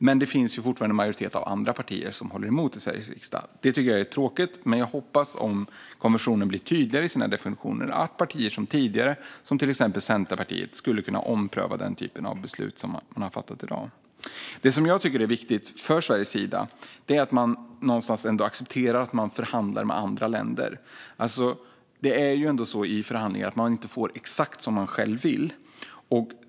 Men det finns fortfarande en majoritet av andra partier som håller emot i Sveriges riksdag. Det tycker jag är tråkigt, men jag hoppas, om konventionen blir tydligare i sina definitioner, att partier som till exempel Centerpartiet skulle kunna ompröva den typen av beslut som man har fattat i dag. Det som jag tycker är viktigt att man gör från Sveriges sida är att man accepterar att man förhandlar med andra länder. Det är ju ändå så i förhandlingar att man inte får exakt som man själv vill.